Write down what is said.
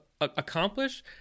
accomplish